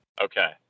okay